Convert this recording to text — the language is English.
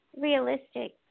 realistic